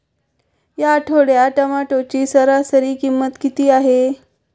या आठवड्यात टोमॅटोची सरासरी किंमत किती आहे?